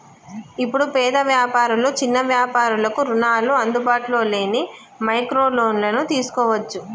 ఇప్పుడు పేద వ్యాపారులు చిన్న వ్యాపారులకు రుణాలు అందుబాటులో లేని మైక్రో లోన్లను తీసుకోవచ్చు